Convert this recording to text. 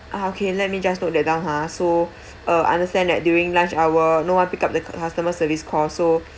ah okay let me just note that down ha so uh understand that during lunch hour no one pick up the customer service call so